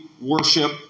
worship